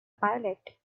pilot